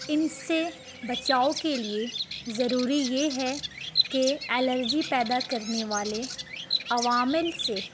ان سے بچاؤ کے لیے ضروری یہ ہے کہ ایلرجی پیدا کرنے والے عوامل سے